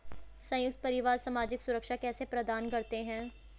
संयुक्त परिवार सामाजिक सुरक्षा कैसे प्रदान करते हैं?